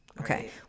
Okay